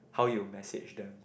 how you message them